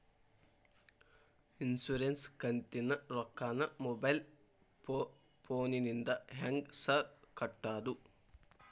Insurance ಕಂತಿನ ರೊಕ್ಕನಾ mobile ಫೋನಿಂದ ಹೆಂಗ್ ಸಾರ್ ಕಟ್ಟದು?